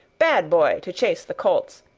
bad boy! to chase the colts.